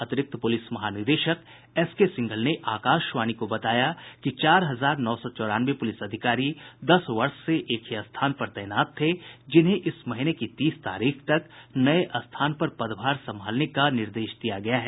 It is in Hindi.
अतिरिक्त पुलिस महानिदेशक एस के सिंघल ने आकाशवाणी को बताया कि चार हजार नौ सौ चौरानवे पुलिस अधिकारी दस वर्ष से एक ही स्थान पर तैनात थे जिन्हें इस महीने की तीस तारीख तक नए स्थान पर पदभार संभालने का निर्देश दिया गया है